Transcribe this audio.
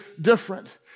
different